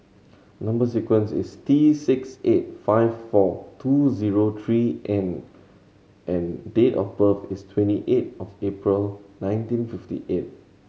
number sequence is T six eight five four two zero three N and date of birth is twenty eight of April nineteen fifty eight